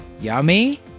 Yummy